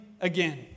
again